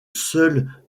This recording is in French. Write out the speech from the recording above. seul